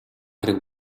хэрэг